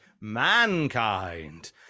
Mankind